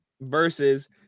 versus